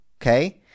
Okay